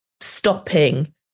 stopping